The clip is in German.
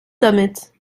damit